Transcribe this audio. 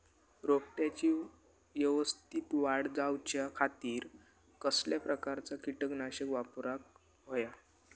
रोपट्याची यवस्तित वाढ जाऊच्या खातीर कसल्या प्रकारचा किटकनाशक वापराक होया?